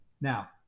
Now